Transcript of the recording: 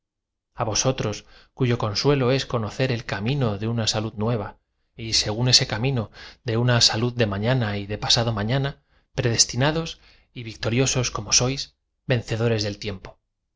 á vosotros cuyo consuelo es conocer el camino de uoa salud nueva y según ese camino de una sa lud de mafiana y de pasado mañana predestinados y tíctorlobos como aois vencedores del tiempo